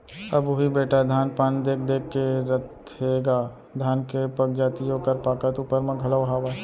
अब उही बेटा धान पान देख देख के रथेगा धान के पगजाति ओकर पाकत ऊपर म घलौ हावय